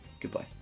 Goodbye